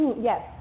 Yes